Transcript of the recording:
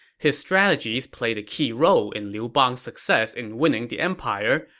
his strategies played a key role in liu bang's success in winning the empire,